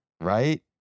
Right